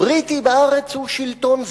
הבריטי בארץ הוא שלטון זר.